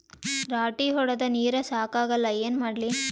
ರಾಟಿ ಹೊಡದ ನೀರ ಸಾಕಾಗಲ್ಲ ಏನ ಮಾಡ್ಲಿ?